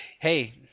hey